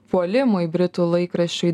puolimui britų laikraščiui